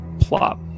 Plop